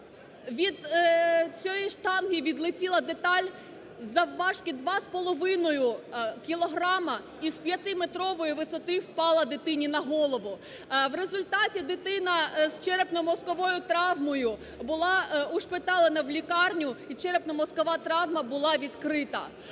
Від цієї штанги відлетіла деталь завважки два з половиною кілограми і з п'ятиметрової висоти впала дитині на голову. В результаті дитина з черепно-мозковою травмою була ушпиталена у лікарню, черепно-мозкова травма була відкрита.